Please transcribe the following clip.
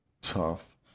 tough